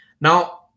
Now